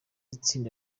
itsinda